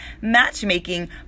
matchmaking